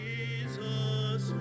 Jesus